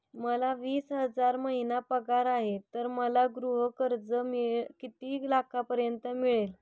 मला वीस हजार महिना पगार आहे तर मला गृह कर्ज किती लाखांपर्यंत मिळेल?